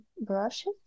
Brushes